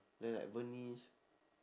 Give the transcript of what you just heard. ya like venice